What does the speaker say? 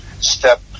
step